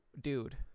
Dude